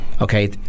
okay